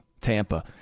Tampa